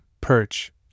perch